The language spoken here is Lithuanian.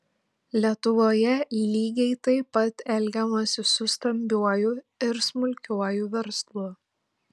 lietuvoje lygiai taip pat elgiamasi su stambiuoju ir smulkiuoju verslu